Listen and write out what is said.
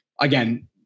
again